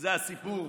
וזה הסיפור,